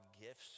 gifts